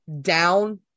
down